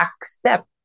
accept